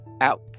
out